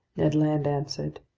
ned land answered.